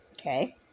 okay